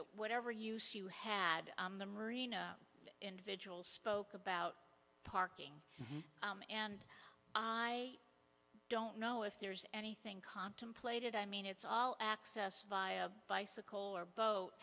whatever use you had the marina individual spoke about parking and i don't know if there's anything contemplated i mean it's all access via bicycle or boat